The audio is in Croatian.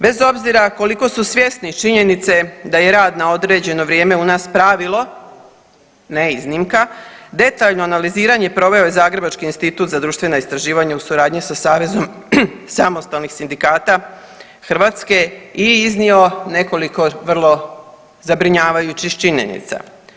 Bez obzira koliko su svjesni činjenice da je rad na određeno vrijeme u nas pravilo ne iznimka detaljno analiziranje proveo je Zagrebački institut za društvena istraživanja u suradnji sa Savezom samostalnih sindikata Hrvatske i iznio nekoliko vrlo zabrinjavajućih činjenica.